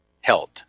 health